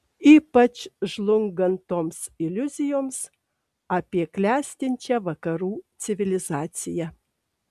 ypač žlungant toms iliuzijoms apie klestinčią vakarų civilizaciją